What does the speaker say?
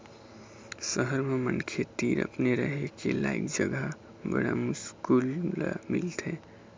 सहर म मनखे तीर अपने रहें के लइक जघा बड़ मुस्कुल ल मिलथे